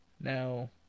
Now